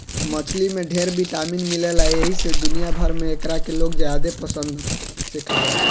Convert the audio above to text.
मछली में ढेर विटामिन मिलेला एही से दुनिया भर में एकरा के लोग ज्यादे पसंद से खाला